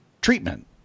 treatment